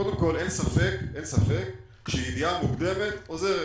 קודם כל, אין ספק שידיעה מוקדמת עוזרת.